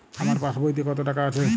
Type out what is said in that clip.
আমার পাসবইতে কত টাকা আছে?